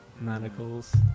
manacles